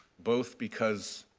both because